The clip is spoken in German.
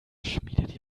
schmiedet